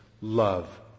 love